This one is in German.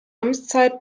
amtszeit